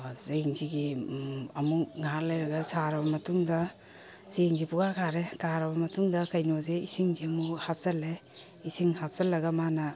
ꯆꯦꯡꯁꯤꯒꯤ ꯑꯃꯨꯛ ꯉꯥꯏꯍꯥꯛ ꯂꯩꯔꯒ ꯁꯥꯔꯕ ꯃꯇꯨꯡꯗ ꯆꯦꯡꯁꯤ ꯄꯨꯝꯀꯥ ꯀꯥꯔꯦ ꯀꯥꯔꯕ ꯃꯇꯨꯡꯗ ꯀꯩꯅꯣꯁꯦ ꯏꯁꯤꯡꯁꯦ ꯑꯃꯨꯛ ꯍꯥꯞꯆꯤꯜꯂꯦ ꯏꯁꯤꯡ ꯍꯥꯞꯆꯤꯜꯂꯒ ꯃꯥꯅ